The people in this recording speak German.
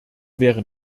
wären